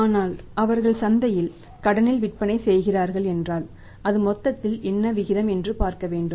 ஆனால் அவர்கள் சந்தையில் கடனில் விற்பனை செய்கிறார்கள் என்றால் அது மொத்தத்தில் என்ன விகிதம் என்று பார்க்க வேண்டும்